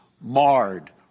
marred